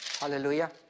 Hallelujah